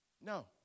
No